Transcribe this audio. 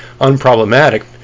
unproblematic